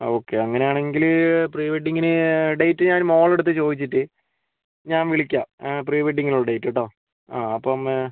ആ ഓക്കെ അങ്ങനെയാണെങ്കില് പ്രീവെഡിങ്ങിന് ഡേറ്റ് ഞാൻ മോളുടെയടുത്ത് ചോദിച്ചിട്ട് ഞാൻ വിളിക്കാം പ്രീവെഡിങ്ങിനുള്ള ഡേറ്റ് കേട്ടോ ആ അപ്പം